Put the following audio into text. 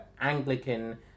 Anglican